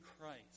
Christ